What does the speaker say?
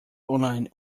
online